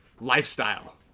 lifestyle